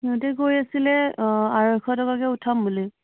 ইহঁতে কৈ আছিলে আঢ়ৈশ টকাকৈ উঠাম বুলি